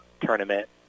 Tournament